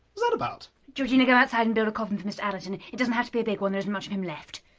was that about? georgina, go outside and build a coffin for mr allerton. it doesn't have to be a big one, there isn't much of him left.